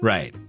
Right